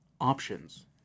options